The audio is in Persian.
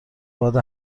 باد